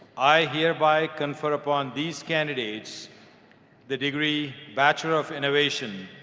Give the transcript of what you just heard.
i hereby confer upon these candidates the degree bachelor of innovation.